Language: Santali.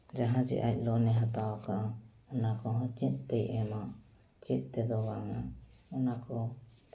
ᱡᱟᱦᱟᱸ ᱡᱮ ᱞᱳᱱ ᱮ ᱦᱟᱛᱟᱣ ᱠᱟᱜᱼᱟ ᱚᱱᱟ ᱠᱚᱦᱚᱸ ᱪᱮᱫᱛᱮᱭ ᱮᱢᱟ ᱪᱮᱫ ᱛᱮᱫᱚ ᱵᱟᱝᱼᱟ ᱚᱱᱟ ᱠᱚ